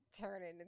turning